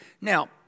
Now